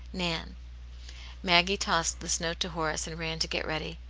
nan maggie tossed this note to horace, and ran to get ready.